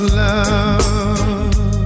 love